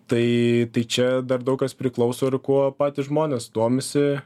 tai tai čia dar daug kas priklauso ir kuo patys žmonės domisi